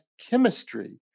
chemistry